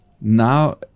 now